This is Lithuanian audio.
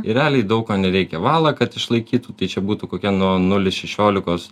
ir realiai daug ko nereikia valą kad išlaikytų tai čia būtų kokia nuo nulis šešiolikos